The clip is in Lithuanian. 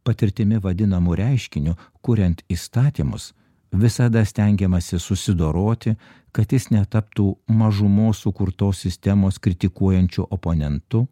patirtimi vadinamu reiškiniu kuriant įstatymus visada stengiamasi susidoroti kad jis netaptų mažumos sukurtos sistemos kritikuojančiu oponentu